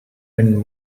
when